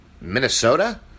Minnesota